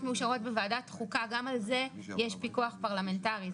מאושרות בוועדת חוקה גם על זה יש פיקוח פרלמנטרי,